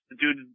dude